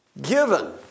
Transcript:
Given